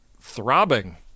throbbing